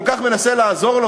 כל כך מנסה לעזור לו,